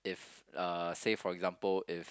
if uh say for example if